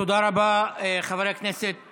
תודה רבה, חבר הכנסת